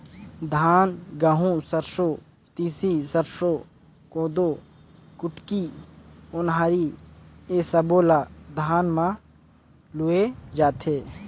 धान, गहूँ, सरसो, तिसी, सरसो, कोदो, कुटकी, ओन्हारी ए सब्बो ल धान म लूए जाथे